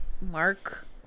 Mark